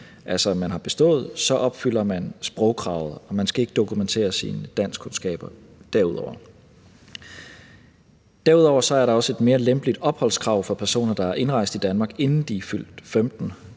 altså man har bestået, opfylder man sprogkravet, og man skal ikke dokumentere sine danskkundskaber derudover. Derudover er der også et mere lempeligt opholdskrav for personer, der er indrejst i Danmark, inden de er fyldt 15 år,